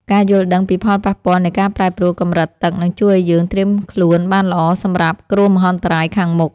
ការយល់ដឹងពីផលប៉ះពាល់នៃការប្រែប្រួលកម្រិតទឹកនឹងជួយឱ្យយើងត្រៀមខ្លួនបានល្អសម្រាប់គ្រោះមហន្តរាយខាងមុខ។